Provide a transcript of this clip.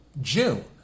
June